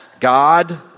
God